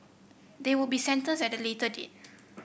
they will be sentenced at the later date